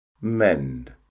mend